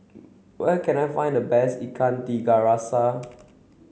where can I find the best Ikan Tiga Rasa